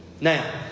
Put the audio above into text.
Now